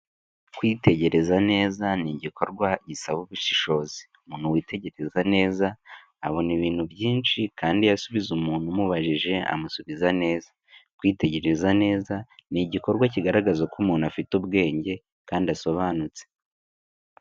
Kwitegereza neza ni igikorwa gisaba ubushishozi, umuntu witegereza neza abona ibintu byinshi kandi iyo asubiza umuntu umubajije amusubiza neza. Kwitegereza neza ni igikorwa kigaragaza ko umuntu afite ubwenge kandi asobanutse.